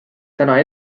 täna